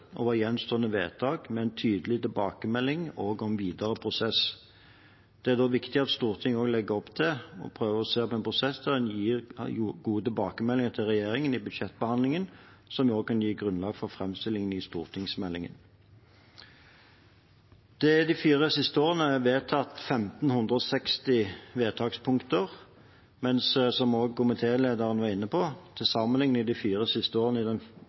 gjenstående vedtak med en tydelig tilbakemelding og om videre prosess. Det er da viktig at Stortinget legger opp til og prøver å se på en prosess der en gir gode tilbakemeldinger til regjeringen i budsjettbehandlingen som også kan gi grunnlag for framstillingen i stortingsmeldingen. Det er de fire siste årene vedtatt 1 560 vedtakspunkt, mens det – som også komitélederen var inne på – til sammenligning de fire siste årene i den